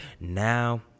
Now